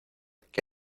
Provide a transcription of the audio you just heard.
que